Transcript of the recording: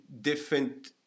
different